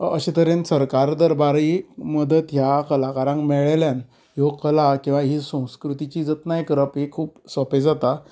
अशें तरेन सरकार दरबारीं मदत ह्या कलाकारांक मेळ्ळेल्यान ह्यो कला किंवां ही संस्कृतीची जतनाय करप ही खूब सोंपें जाता